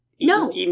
No